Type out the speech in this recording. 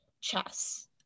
chess